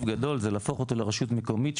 גדול היא להפוך אותו לרשות מקומית,